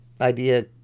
idea